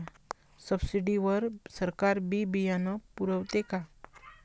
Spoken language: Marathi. सब्सिडी वर सरकार बी बियानं पुरवते का?